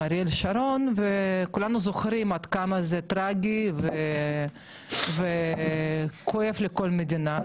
אריאל שרון וכולנו זוכרים עד כמה זה טרגי וכואב לכל מדינה.